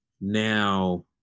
now